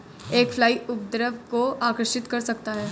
एक फ्लाई उपद्रव को आकर्षित कर सकता है?